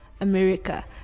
America